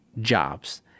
Jobs